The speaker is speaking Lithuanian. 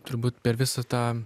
turbūt per visą tą